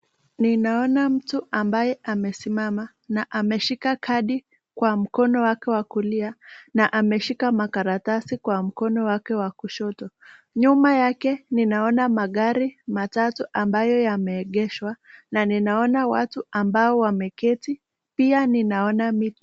Ninaona mtu ambaye amesimama na ameshika kadi kwa mkono wake wa kulia na ameshika makaratasi kwa mkono wake wa kushoto. Nyuma yake ninaona magari matatu ambayo yameegeshwa na ninaona watu ambao wameketi pia ninaona miti.